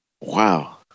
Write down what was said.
Wow